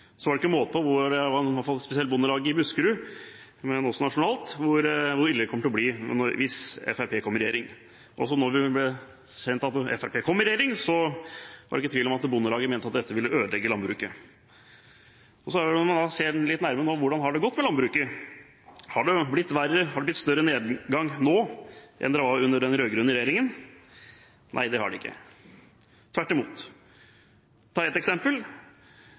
det gjaldt Bondelaget – spesielt i Buskerud, men også nasjonalt – var det ikke måte på hvor ille det kom til å bli hvis Fremskrittspartiet kom i regjering. Da det så ble kjent at Fremskrittspartiet kom i regjering, var det ikke tvil om at Bondelaget mente at dette ville ødelegge landbruket. Så kan man nå se litt nærmere på hvordan det har gått med landbruket. Har det blitt verre, har det blitt større nedgang nå enn det var under den rød-grønne regjeringen? Nei, det har det ikke – tvert imot. For å ta ett eksempel: